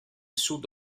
sud